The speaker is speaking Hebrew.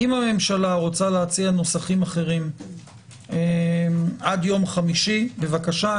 אם הממשלה רוצה להציע נוסחים אחרים עד יום חמישי בבקשה.